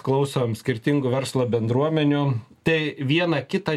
klausom skirtingų verslo bendruomenių tai viena kita